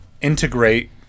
integrate